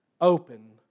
open